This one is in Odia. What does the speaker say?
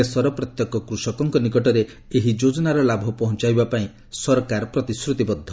ଦେଶର ପ୍ରତ୍ୟେକ କୃଷକଙ୍କ ନିକଟରେ ଏହି ଯୋଜନାର ଲାଭ ପହଞ୍ଚାଇବା ପାଇଁ ସରକାର ପ୍ରତିଶ୍ରତିବଦ୍ଧ